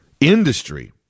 industry